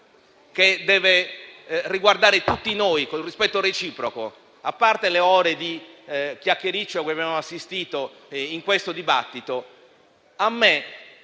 che deve riguardare tutti noi, e quindi, con il rispetto reciproco. A parte le ore di chiacchiericcio cui abbiamo assistito in questo dibattito, a me